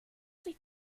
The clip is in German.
sich